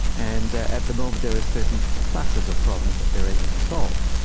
and at the moment there are certain classes of problems that they are able to solve,